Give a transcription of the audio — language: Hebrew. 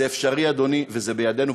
זה אפשרי, אדוני, זה בידינו.